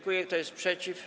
Kto jest przeciw?